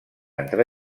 entre